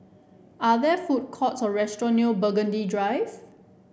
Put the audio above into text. are there food courts or restaurant near Burgundy Drive